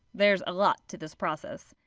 there's a lot to this process.